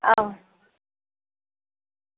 हां